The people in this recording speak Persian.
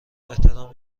احترام